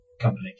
company